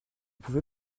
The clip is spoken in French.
pouvez